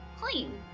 clean